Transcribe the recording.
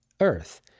Earth